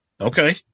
Okay